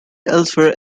elsewhere